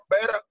Better